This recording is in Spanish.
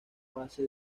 base